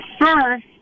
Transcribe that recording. first